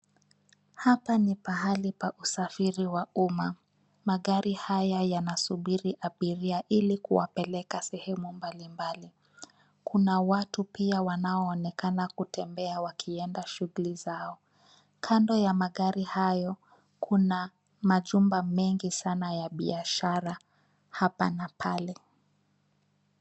Hapa ni pahali pa usafiri wa umma, magari haya yanasubiri abiria ili kuwapeleka sehemu mbali mbali kuna watu pia wanaonekana na kutembea wakienda shughuli zao, kando ya magari hayo kuna majumba mengi sana ya biashara hapa na pale.